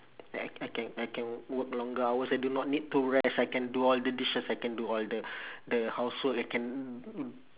uh I can I can work longer hours I do not need to rest I can do all the dishes I can do all the the house work I can